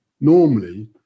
normally